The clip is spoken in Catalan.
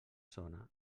zona